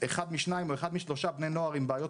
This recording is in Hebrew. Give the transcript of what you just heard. שאחד משניים או אחד משלושה בני נוער עם בעיות